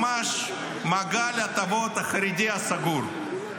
ממש מעגל ההטבות החרדי הסגור.